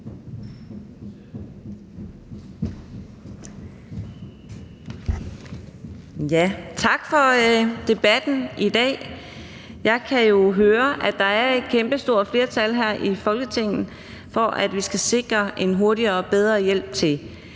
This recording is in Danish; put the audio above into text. Tak for debatten i dag. Jeg kan jo høre, at der er et kæmpestort flertal her i Folketinget for, at vi skal sikre en hurtigere og bedre hjælp til